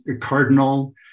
Cardinal